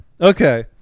okay